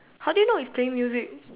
how do you know it's playing music